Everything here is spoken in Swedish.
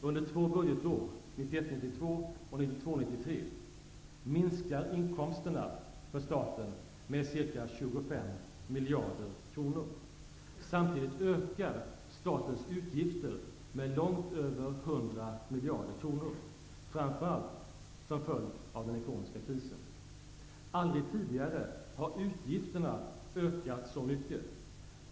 Under två budgetår, 1991 93, minskar inkomsterna för staten med ca 25 miljarder kronor. Samtidigt ökar statens utgifter med långt över 100 miljarder kronor, framför allt som en följd av den ekonomiska krisen. Aldrig tidigare har utgifterna ökat så mycket.